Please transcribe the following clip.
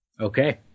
Okay